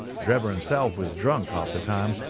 drebber himself was drunk half the time,